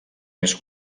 més